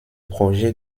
projets